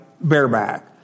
bareback